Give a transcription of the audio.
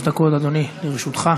שלוש דקות, אדוני, לרשותך.